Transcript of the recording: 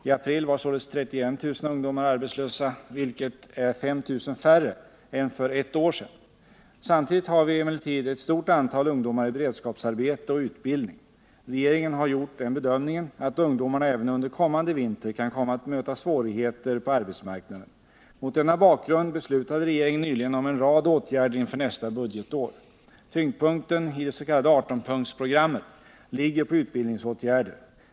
I april var således 31 000 ungdomar arbetslösa, vilket är 5 000 färre än för ett år sedan. Samtidigt har vi emellertid ett stort antal ungdomar i beredskapsarbete och utbildning. Regeringen har gjort den bedömningen att ungdomarna även under kommande vinter kan komma att möta svårigheter på arbetsmarknaden. Mot denna bakgrund beslutade regeringen nyligen om en rad åtgärder inför nästa budgetår. Tyngdpunkten i det s.k. 18 punktsprogrammet ligger på utbildningsåtgärder.